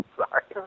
sorry